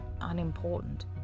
Unimportant